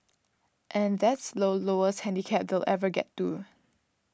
and that's low lowest handicap they'll ever get do